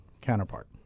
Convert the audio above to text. counterpart